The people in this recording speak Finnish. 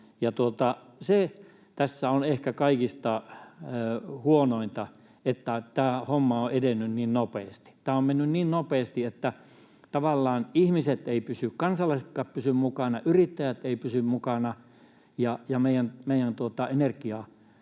Se tässä on ehkä kaikista huonointa, että tämä homma on edennyt niin nopeasti. Tämä on mennyt niin nopeasti, että tavallaan kansalaisetkaan eivät pysy mukana, yrittäjät eivät pysy mukana, ja meidän